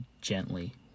Gently